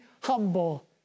humble